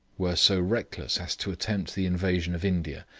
were so reckless as to attempt the invasion of india,